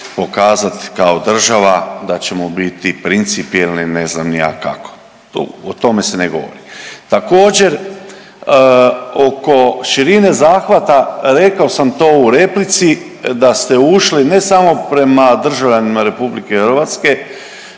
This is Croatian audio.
pokazat kao država da ćemo biti principijelni ne znam ni ja kako, tu, o tome se ne govori. Također oko širine zahvata rekao sam to u replici da ste ušli ne samo prema državljanima RH nego i prema